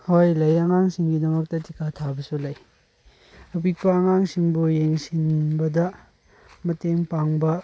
ꯍꯣꯏ ꯂꯩꯌꯦ ꯑꯉꯥꯡꯁꯤꯡꯒꯤꯗꯃꯛꯇ ꯇꯤꯀꯥ ꯊꯥꯕꯁꯨ ꯂꯩ ꯑꯄꯤꯛꯄ ꯑꯉꯥꯡꯁꯤꯡꯕꯨ ꯌꯦꯡꯁꯤꯟꯕꯗ ꯃꯇꯦꯡ ꯄꯥꯡꯕ